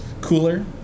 cooler